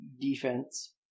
Defense